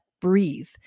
breathe